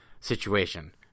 situation